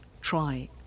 try